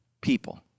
people